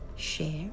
Share